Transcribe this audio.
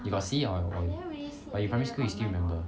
you got see or no oh but you primary school you still remember